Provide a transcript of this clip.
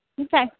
Okay